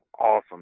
awesome